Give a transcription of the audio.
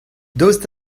daoust